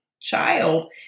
child